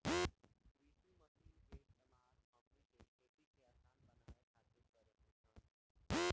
कृषि मशीन के इस्तेमाल हमनी के खेती के असान बनावे खातिर कारेनी सन